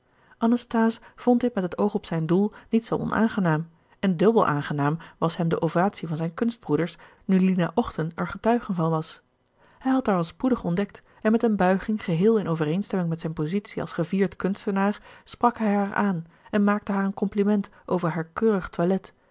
anasthase vond dit met het oog op zijn doel niet zoo onaangenaam en dubbel aangenaam was hem de ovatie van zijne kunstbroeders nu lina ochten er getuige van was hij had haar al spoedig ontdekt en met eene buiging geheel in overeenstemming met zijn positie als gevierd kunstenaar sprak hij haar aan en maakte haar een kompliment over haar keurig toilet